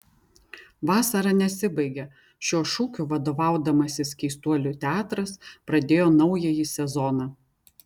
vasara nesibaigia šiuo šūkiu vadovaudamasis keistuolių teatras pradėjo naująjį sezoną